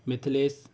Mithlesh